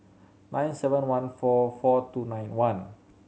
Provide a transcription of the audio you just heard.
nine seven one four four two nine one